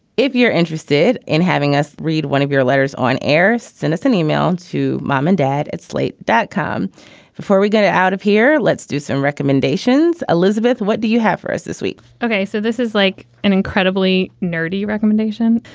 if you're interested in having us read one of your letters on air, send us an email to mom and dad at slate that come before we get out of here. let's do some recommendations. elizabeth, what do you have for us this week? ok. so this is like an incredibly nerdy recommendation.